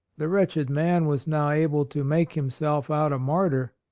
the wretched man was now able to make himself out a martyr.